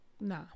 Nah